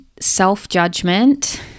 self-judgment